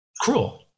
cruel